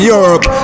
Europe